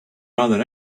rather